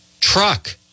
truck